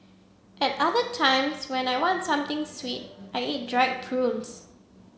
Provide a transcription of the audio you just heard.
at other times when I want something sweet I eat dried prunes